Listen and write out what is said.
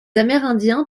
amérindiens